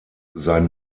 sein